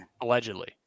allegedly